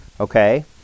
Okay